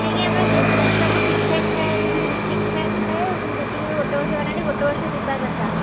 ଆଜ୍ଞା ଆମର ଜିନିଷ ତ ସବୁ ଠିକ୍ଠାକ୍ ଥାଏ ଠିକ୍ଠାକ୍ ଥାଏ ଯେତିକି ଗୋଟେ ବର୍ଷ ୱାରେଣ୍ଟି ଗୋଟେ ବର୍ଷ ଯିବା କଥା